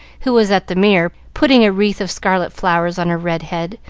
who was at the mirror, putting a wreath of scarlet flowers on her red head,